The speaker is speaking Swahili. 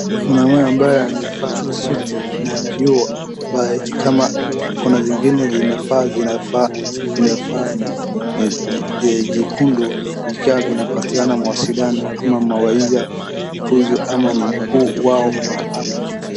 Mwanaume ambaye amevaa suti na kioo ambaye ni kama kuna vingine vinafaa, amevaa ni jekundu vikiwa vinapatiana mawasiliano ama mawaidha kuhusu ama ni mkuu wao kwa hapo.